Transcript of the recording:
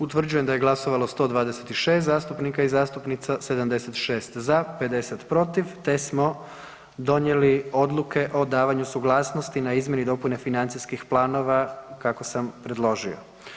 Utvrđujem da je glasovalo 126 zastupnika i zastupnica, 76 za, 50 protiv, te smo donijeli odluke o davanju suglasnosti na izmjene i dopune financijskih planova kako sam predložio.